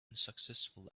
unsuccessful